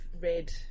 read